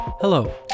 Hello